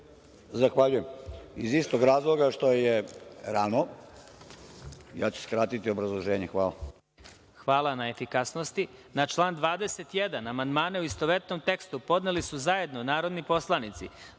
Zahvaljujem. Iz istog razloga što je rano, skratiću obrazloženje. Hvala. **Đorđe Milićević** Hvala na efikasnosti. Na član 21. amandmane, u istovetnom tekstu, podneli su zajedno narodni poslanici